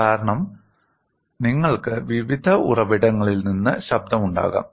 കാരണം നിങ്ങൾക്ക് വിവിധ ഉറവിടങ്ങളിൽ നിന്ന് ശബ്ദമുണ്ടാകാം